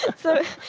so,